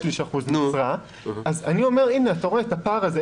אז אתה רואה את הפער הזה,